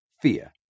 fear